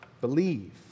believe